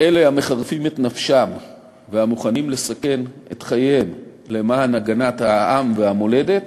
אלה המחרפים את נפשם והמוכנים לסכן את חייהם למען הגנת העם והמולדת,